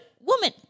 woman